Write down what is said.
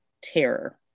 terror